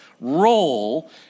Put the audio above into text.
role